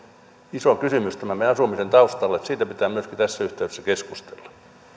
iso kysymys tämän meidän asumisen taustalla että siitä pitää myöskin tässä yhteydessä keskustella